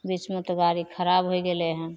बीचमे तऽ गाड़ी खराब होइ गेलै हँ